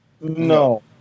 No